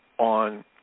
on